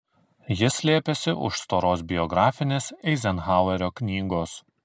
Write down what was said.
ji slėpėsi už storos biografinės eizenhauerio knygos